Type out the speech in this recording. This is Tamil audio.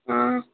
ஆ